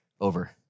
over